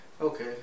okay